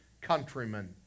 countrymen